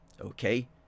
okay